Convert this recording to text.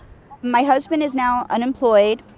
my husband is now unemployed.